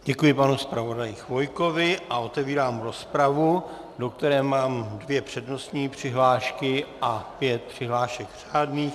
Děkuji panu zpravodaji Chvojkovi a otevírám rozpravu, do které mám dvě přednostní přihlášky a pět přihlášek řádných.